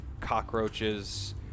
Cockroaches